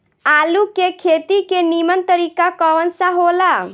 आलू के खेती के नीमन तरीका कवन सा हो ला?